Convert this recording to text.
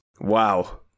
wow